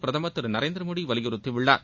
பிரதமர் திரு நரேந்திர மோடி வலியுறுத்தியுள்ளார்